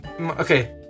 okay